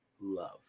love